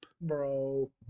Bro